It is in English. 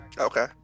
Okay